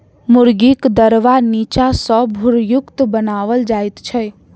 मुर्गीक दरबा नीचा सॅ भूरयुक्त बनाओल जाइत छै